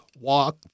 walk